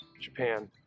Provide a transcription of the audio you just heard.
japan